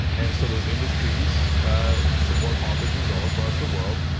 and so those industries support politicians all across the world.